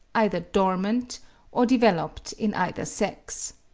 either dormant or developed in either sex.